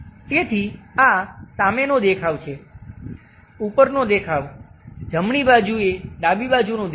તેથી આ સામેનો દેખાવ છે ઉપરનો દેખાવ જમણી બાજું એ ડાબી બાજુનો દેખાવ